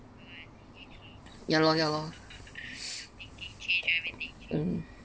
ya lor ya lor mm